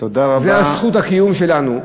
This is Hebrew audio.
זאת זכות הקיום שלנו,